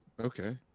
okay